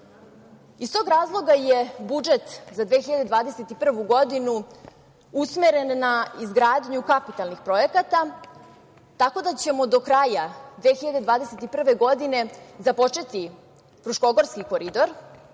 tog razloga je budžet za 2021. godinu usmeren na izgradnju kapitalnih projekata, tako da ćemo do kraja 2021. godine započeti Fruškogorski koridor,